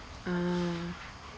ah